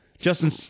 Justin